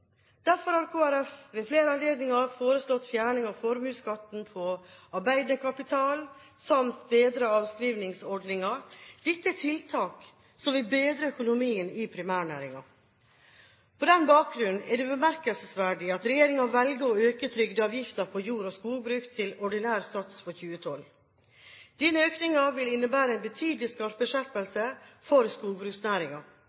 Derfor har Kristelig Folkeparti ved flere anledninger foreslått fjerning av formuesskatten på arbeidende kapital samt bedre avskrivningsordninger. Dette er tiltak som vil bedre økonomien i primærnæringene. På den bakgrunn er det bemerkelsesverdig at regjeringen velger å øke trygdeavgiften på jord- og skogbruk til ordinær sats for 2012. Denne økningen vil innebære en betydelig